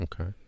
Okay